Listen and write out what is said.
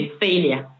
failure